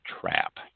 trap